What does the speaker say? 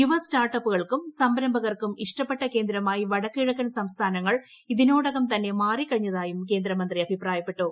യുവ സ്റ്റാർട്ടപ്പുകൾക്കും സംരംഭകർക്കും ഇഷ്ടപ്പെട്ട കേന്ദ്രമായി വടക്കുകിഴക്കൻ സംസ്ഥാനങ്ങൾ ഇതിനോടകം തന്നെ മാറിക്കഴിഞ്ഞതായും ക്ട്രേന്ദ്രമന്ത്രി അഭിപ്രായപ്പെട്ടു